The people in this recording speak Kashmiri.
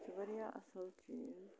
یہِ چھُ واریاہ اَصٕل چیٖز